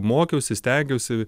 mokiausi stengiausi